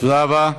תודה רבה.